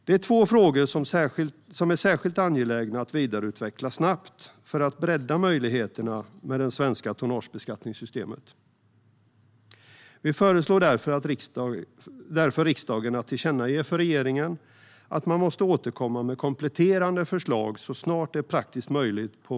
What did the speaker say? Det är två frågor som är särskilt angelägna att vidareutveckla snabbt för att bredda möjligheterna med det svenska tonnagebeskattningssystemet. Vi föreslår därför riksdagen att tillkännage för regeringen att man måste återkomma med kompletterande förslag på två områden så snart det är praktiskt möjligt.